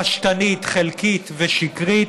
פשטנית, חלקית ושקרית,